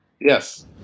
Yes